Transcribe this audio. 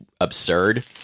absurd